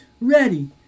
ready